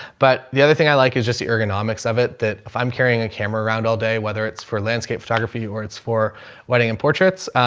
but the other thing i like is just the ergonomics of it, that if i'm carrying a camera around all day, whether it's for landscape photography or it's for wedding and portraits,